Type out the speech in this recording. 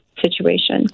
situation